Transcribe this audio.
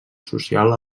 social